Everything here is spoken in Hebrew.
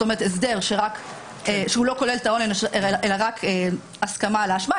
זאת אומרת הסדר שלא כולל את העונש אלא רק הסכמה לאשמה.